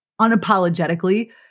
unapologetically